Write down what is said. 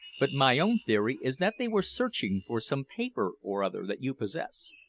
but my own theory is that they were searching for some paper or other that you possess.